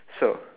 so